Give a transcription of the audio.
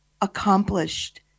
accomplished